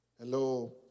Hello